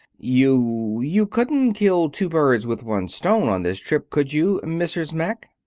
you you couldn't kill two birds with one stone on this trip, could you, mrs. mack?